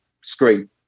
screen